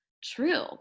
true